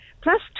plus